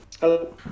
Hello